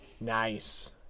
Nice